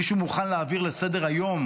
מישהו מוכן לעבור לסדר-היום